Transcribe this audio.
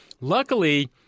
Luckily